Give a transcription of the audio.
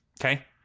Okay